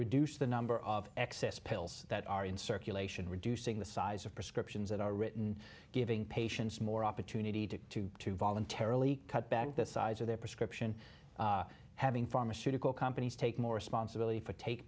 reduce the number of excess pills that are in circulation reducing the size of prescriptions that are written giving patients more opportunity to to voluntarily cut back the size of their prescription having pharmaceutical companies take more responsibility for take